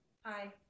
Hi